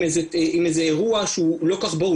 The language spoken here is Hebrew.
איזה שהוא אירוע שהוא לא כל כך ברור,